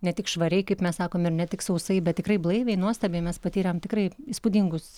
ne tik švariai kaip mes sakom ir ne tik sausai bet tikrai blaiviai nuostabiai mes patyrėm tikrai įspūdingus